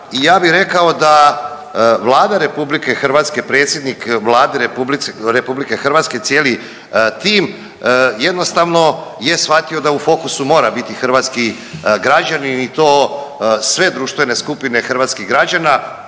i ja bi rekao da Vlada RH, predsjednik Vlade RH, cijeli tim jednostavno je shvatio da u fokusu mora biti hrvatski građanin i to sve društvene skupine hrvatskih građana